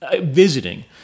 visiting